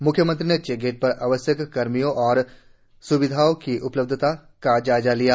मुख्यमंत्री ने चेकगेट पर आवश्यक कर्मियों और स्विधाओ की उपलब्धता का जायजा लिया